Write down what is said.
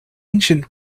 ancient